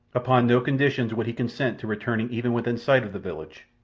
upon no conditions would he consent to returning even within sight of the village.